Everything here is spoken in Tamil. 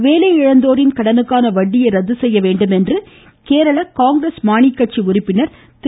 வேலை இழந்தோரின் கடனுக்கான வட்டியை ரத்து செய்ய வேண்டும் என்று கேரள காங்கிரஸ் மானி கட்சி உறுப்பினர் திரு